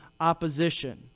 opposition